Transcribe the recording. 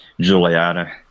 juliana